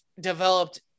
developed